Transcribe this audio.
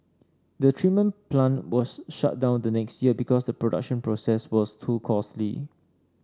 the treatment plant was shut down the next year because the production process was too costly